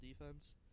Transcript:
defense